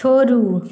छोड़ू